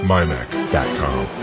MyMac.com